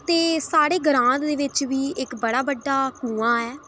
ते साढ़े ग्रांऽ दे बिच्च बी इक बड़ा बड्डा खूह् ऐ